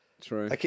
true